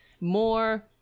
more